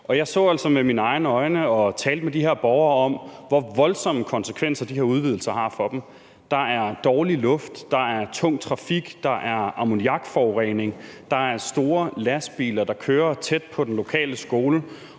altså med mine egne øjne, og jeg talte med de her borgere om, hvor voldsomme konsekvenser de her udvidelser har for dem. Der er dårlig luft, der er tung trafik, der er ammoniakforurening, og der er store lastbiler, der kører tæt på den lokale skole,